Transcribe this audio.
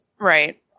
Right